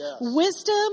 wisdom